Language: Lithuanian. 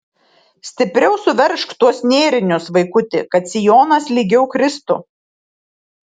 stipriau suveržk tuos nėrinius vaikuti kad sijonas lygiau kristų